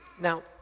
Now